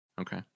Okay